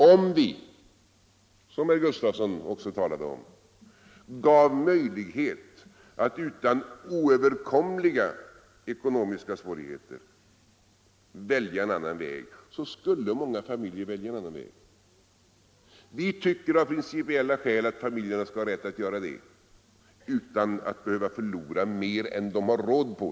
Om vi, som herr Gustavsson i Alvesta också talade om, gav möjligheter att utan oöverkomliga ekonomiska svårigheter välja en annan väg, så skulle många familjer välja en annan väg. Vi tycker av principiella skäl att familjerna skall ha rätt att göra det utan att behöva förlora mer än vad de har råd med.